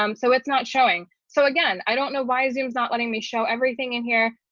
um so it's not showing. so again, i don't know why zoom is not letting me show everything in here,